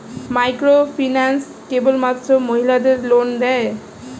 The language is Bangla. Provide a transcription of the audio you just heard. মাইক্রোফিন্যান্স কেবলমাত্র মহিলাদের লোন দেয়?